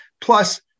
Plus